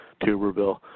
Tuberville